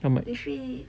how much